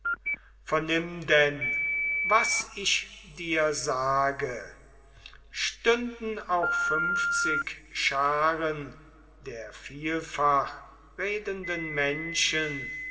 vernimm denn was ich dir sage stünden auch fünfzig scharen der vielfachredenden menschen